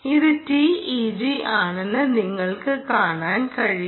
ഇത് TEG ആണെന്ന് നിങ്ങൾക്ക് കാണാൻ കഴിയും